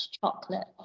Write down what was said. chocolate